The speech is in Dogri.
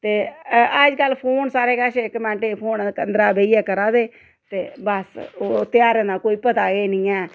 ते अज्जकल फोन सारें कश इक मैंटें च फोन अंदरा बेहियै करा दे ते बस ओह् ध्यारें दा कोई पता गै नी ऐ